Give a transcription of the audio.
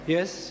Yes